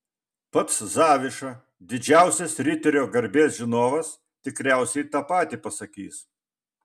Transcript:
pats zaviša didžiausias riterio garbės žinovas tikriausiai tą patį pasakys